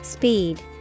Speed